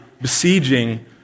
besieging